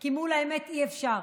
כי מול האמת אי-אפשר.